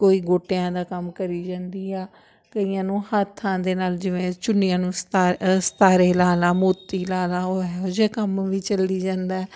ਕੋਈ ਗੋਟਿਆਂ ਦਾ ਕੰਮ ਕਰੀ ਜਾਂਦੀ ਆ ਕਈਆਂ ਨੂੰ ਹੱਥਾਂ ਦੇ ਨਾਲ ਜਿਵੇਂ ਚੁੰਨੀਆਂ ਨੂੰ ਸਿਤਾ ਸਿਤਾਰੇ ਲਾ ਲਾ ਮੋਤੀ ਲਾ ਲਾ ਉਹ ਇਹੋ ਜਿਹੇ ਕੰਮ ਵੀ ਚੱਲੀ ਜਾਂਦਾ